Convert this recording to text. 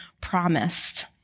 promised